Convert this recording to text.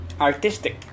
artistic